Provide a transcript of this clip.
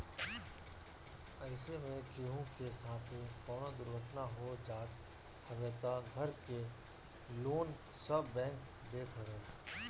अइसे में केहू के साथे कवनो दुर्घटना हो जात हवे तअ घर के लोन सब बैंक देत हवे